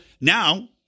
now